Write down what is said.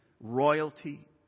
royalty